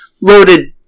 loaded